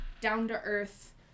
down-to-earth